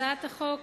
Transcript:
הצעת החוק